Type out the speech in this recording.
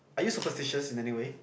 are you superstitious in any way